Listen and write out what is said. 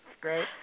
great